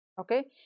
okay